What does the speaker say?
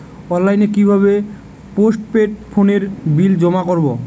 অনলাইনে কি ভাবে পোস্টপেড ফোনের বিল জমা করব?